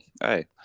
hey